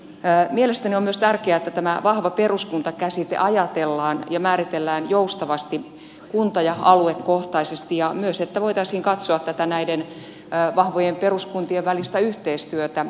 mielestäni on myös tärkeää että tämä vahva peruskunta käsite ajatellaan ja määritellään joustavasti kunta ja aluekohtaisesti ja myös että voitaisiin katsoa näiden vahvojen peruskuntien välistä yhteistyötä